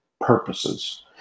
purposes